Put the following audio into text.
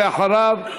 אחריו,